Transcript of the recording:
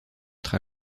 être